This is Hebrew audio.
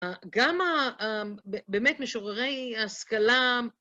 גם באמת משוררי ההשכלה...